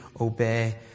obey